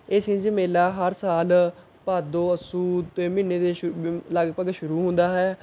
ਇਹ ਛਿੰਝ ਮੇਲਾ ਹਰ ਸਾਲ ਭਾਦੋਂ ਅੱਸੂੂ ਦੇ ਮਹੀਨੇ ਦੇ ਸ਼ੁਰੂ ਲਗਪਗ ਸ਼ੁਰੂ ਹੁੰਦਾ ਹੈ